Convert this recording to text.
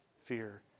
fear